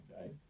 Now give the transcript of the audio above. Okay